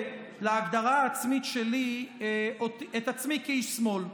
להגדרה העצמית שלי את עצמי כאיש שמאל.